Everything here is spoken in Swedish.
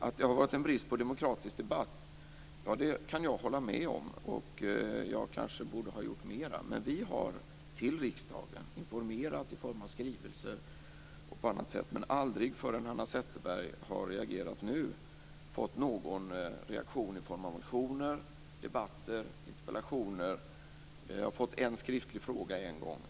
Att det har varit en brist på demokratisk debatt kan jag hålla med om, och jag kanske borde ha gjort mer. Vi har informerat riksdagen i form av skrivelser och på annat sätt. Men inte förrän Hanna Zetterberg nu reagerar har vi fått någon reaktion i form av motioner, debatter och interpellationer. Jag har fått en skriftlig fråga en gång.